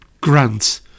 Grant